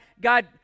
God